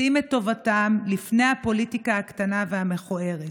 שים את טובתם לפני הפוליטיקה הקטנה והמכוערת.